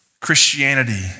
Christianity